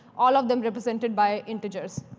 all of them represented by integers.